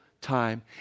time